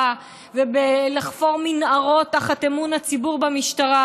ובלחפור מנהרות תחת אמון הציבור במשטרה,